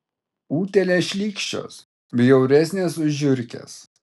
utėlės šlykščios bjauresnės už žiurkes